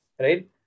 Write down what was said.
right